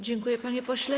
Dziękuję, panie pośle.